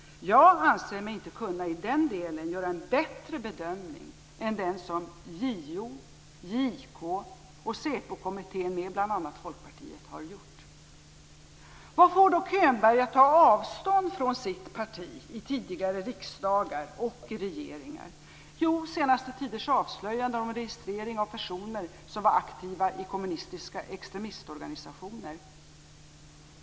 Jag anser mig inte i den delen kunna göra en bättre bedömning än den som JO, JK och SÄPO-kommittén med bl.a. Folkpartiet har gjort. Vad får då Könberg att ta avstånd från sitt parti i tidigare riksdagar och regeringar? Jo, de senaste tidernas avslöjanden om registrering av personer som var aktiva i kommunistiska extremistorganisationer.